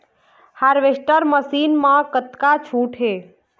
Harvester machine मा कतका छूट हे?